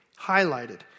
highlighted